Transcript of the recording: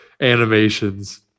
animations